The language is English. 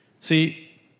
See